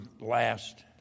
last